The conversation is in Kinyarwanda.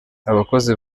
abakozi